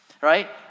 right